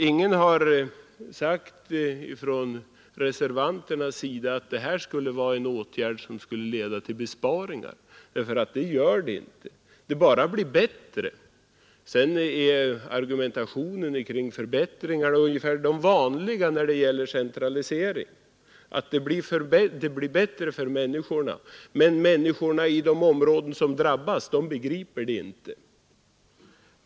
Ingen av reservanterna har sagt att denna åtgärd skulle leda till besparingar, för det gör den nämligen inte. Man säger bara att det blir bättre. Argumentationen kring förbättringarna är ungefär densamma som brukar förekomma när det gäller centralisering, nämligen att det blir bättre för människorna. Människorna i de områden som drabbas begriper inte detta — tycks reservanterna anse.